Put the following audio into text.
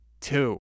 two